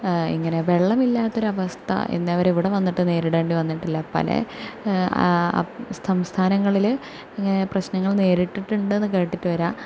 ഇങ്ങനെ വെള്ളം ഇല്ലാത്തരു അവസ്ഥ ഇന്നേ വരെ ഇവിടെ വന്നിട്ട് നേരിടേണ്ടി വന്നട്ടില്ല പല സംസ്ഥാനങ്ങളിൽ പ്രശ്നങ്ങൾ നേരിട്ടിട്ടുണ്ട് എന്ന് കേട്ടിട്ട് വരാം